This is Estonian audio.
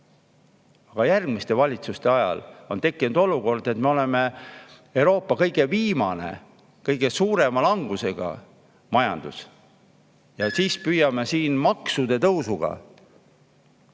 Aga järgmiste valitsuste ajal on tekkinud olukord, kus me oleme Euroopa kõige viimane, kõige suurema langusega majandus. Ja siis püüame maksutõusudega